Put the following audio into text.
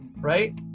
right